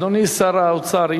אדוני שר האוצר,